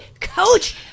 coach